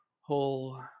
whole